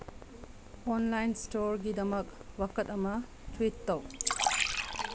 online ꯏꯁꯇꯣꯔꯒꯤꯗꯃꯛ ꯋꯥꯀꯠ ꯑꯃ ꯇ꯭ꯋꯤꯠ ꯇꯧ